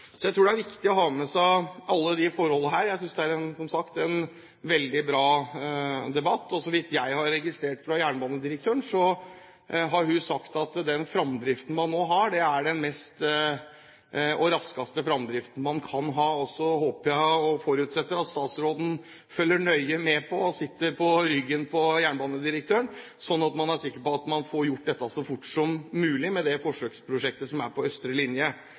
jeg synes, som sagt, at det er en veldig bra debatt. Så vidt jeg har registrert, har jernbanedirektøren sagt at den fremdriften man nå har, er den raskeste fremdriften man kan ha. Så håper jeg og forutsetter at statsråden følger nøye med – og sitter på ryggen til jernbanedirektøren – slik at man er sikker på at man får gjort dette så fort som mulig, med det forsøksprosjektet som er på østre linje.